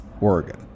Oregon